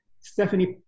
Stephanie